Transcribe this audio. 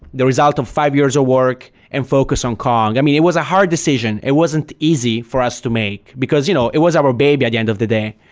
the result of five years of work and focus on kong. i mean, it was a hard decision. it wasn't easy for us to make, because you know it was our baby at the end of the day.